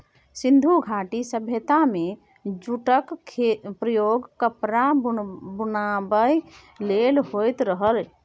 सिंधु घाटी सभ्यता मे जुटक प्रयोग कपड़ा बनाबै लेल होइत रहय